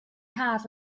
haf